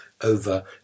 over